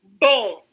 Boom